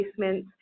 placements